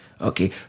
Okay